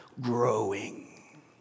growing